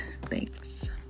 Thanks